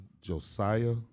Josiah